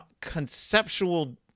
conceptual